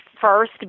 first